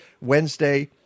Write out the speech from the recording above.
Wednesday